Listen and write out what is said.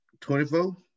24